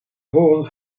horen